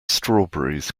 strawberries